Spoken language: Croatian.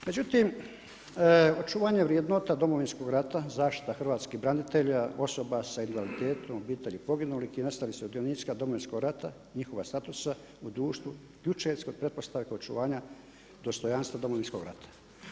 Međutim, očuvanje vrednota Domovinskog rata, zaštita hrvatskih branitelja, osoba sa invaliditetom obitelji poginulih i nestalih sudionika Domovinskog rata, njihova statusa u društvu ključna su pretpostavkom očuvanja dostojanstva Domovinskog rata.